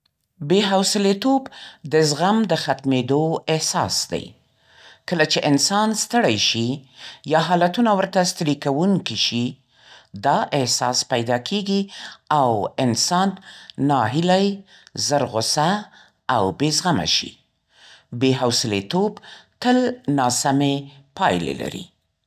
بې حوصلې‌توب د زغم د ختمېدو احساس دی. کله چې انسان ستړی شي، یا حالتونه ورته ستړي‌کوونکي شي، دا احساس پیدا کېږي او انسان ناهیلی، زر غوسه، او بې زغمه شي. بې حوصلې‌توب تل ناسمې پایلې لري.